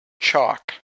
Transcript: chalk